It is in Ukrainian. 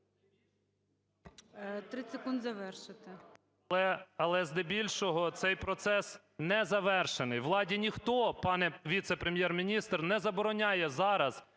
але здебільшого цей процес не завершений, владі ніхто, пане віце-прем'єр-міністр, не забороняє зараз